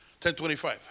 10.25